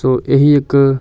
ਸੋ ਇਹੀ ਇੱਕ